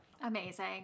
Amazing